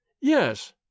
Yes